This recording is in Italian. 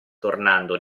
tornando